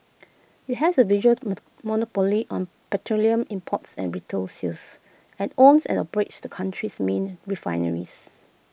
IT has A virtual to mono monopoly on petroleum imports and retail sales and owns and operates the country's main refineries